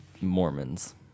Mormons